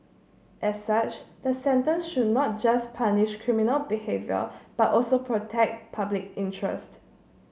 as such the sentence should not just punish criminal behaviour but also protect public interest